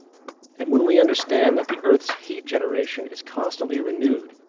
and when we understand that the earth's heat generation is constantly renewed,